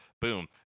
boom